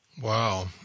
Wow